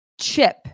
chip